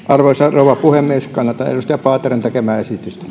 arvoisa rouva puhemies kannatan edustaja paateron tekemää